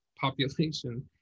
population